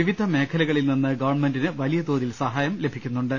വിവിധ മേഖ്ലകളിൽ നിന്ന് ഗവൺമെന്റിന് വലിയ തോതിൽ സഹായം ലഭിക്കുന്നുണ്ട്